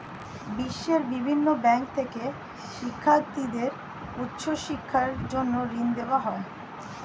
বিশ্বের বিভিন্ন ব্যাংক থেকে শিক্ষার্থীদের উচ্চ শিক্ষার জন্য ঋণ দেওয়া হয়